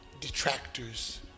detractors